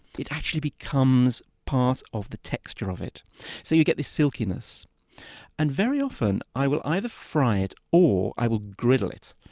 it actually becomes part of the texture of it so you get this silkiness and very often i will either fry it or i will griddle it.